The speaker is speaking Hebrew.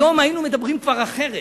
היום היינו כבר מדברים אחרת.